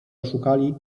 oszukali